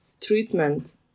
treatment